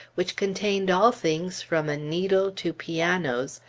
which contained all things from a needle to pianos,